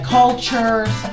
cultures